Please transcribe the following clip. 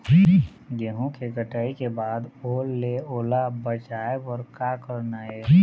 गेहूं के कटाई के बाद ओल ले ओला बचाए बर का करना ये?